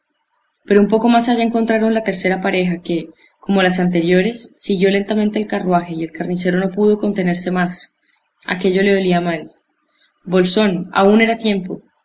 pero un poco más allá encontraron la tercera pareja que como las anteriores siguió lentamente al carruaje y el carnicero no pudo contenerse más aquello le olía mal bolsón aún era tiempo